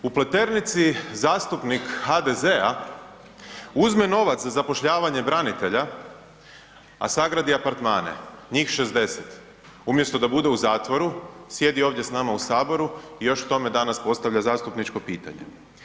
U Pleternici zastupnik HDZ-a uzme novac za zapošljavanje branitelja, a sagradi apartmane njih 60. umjesto da bude u zatvoru sjedi ovdje s nama u Saboru i još k tome danas postavlja zastupničko pitanje.